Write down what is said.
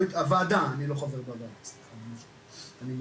הוועדה לא קיבלה,